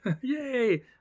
Yay